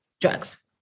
drugs